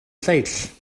lleill